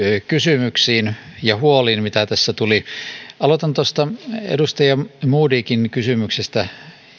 kysymyksiin ja huoliin mitä tässä tuli aloitan tuosta edustaja modigin kysymyksestä